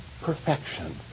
perfection